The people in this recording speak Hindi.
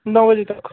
नौ बजे तक